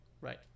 Right